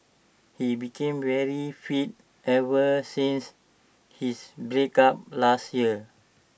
he became very fit ever since his breakup last year